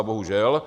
Bohužel.